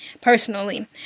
personally